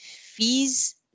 fees